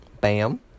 Bam